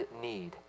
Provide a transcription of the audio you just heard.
need